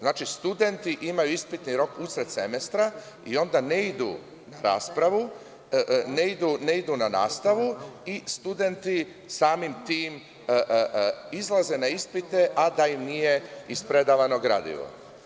Znači studenti imaju ispitni rok usred semestra i onda ne idu na nastavu i studenti samim tim izlaze na ispite a da im nije ispredavano gradivo.